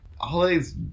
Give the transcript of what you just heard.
Holidays